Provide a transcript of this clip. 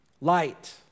light